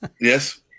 Yes